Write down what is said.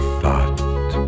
thought